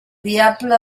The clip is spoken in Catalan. diable